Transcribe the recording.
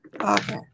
Okay